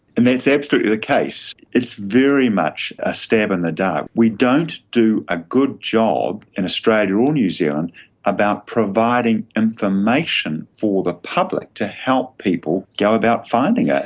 and that's absolutely the case, it's very much a stab in the dark. we don't do a good job in australia or new zealand about providing information for the public to help people go about finding ah